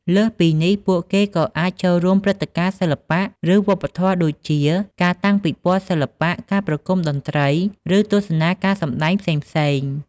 លើសពីនេះ ពួកគេក៏អាច ចូលរួមព្រឹត្តិការណ៍សិល្បៈ ឬវប្បធម៌ ដូចជា ការតាំងពិព័រណ៍សិល្បៈ ការប្រគុំតន្ត្រី ឬទស្សនាការសម្ដែងផ្សេងៗ។